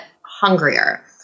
hungrier